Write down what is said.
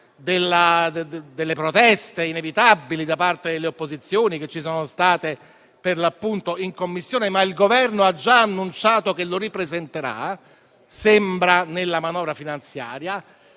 delle proteste inevitabili da parte delle opposizioni che ci sono state, per l'appunto in Commissione. Il Governo, però, ha già annunciato che lo ripresenterà, a quanto sembra, nella manovra finanziaria.